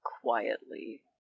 quietly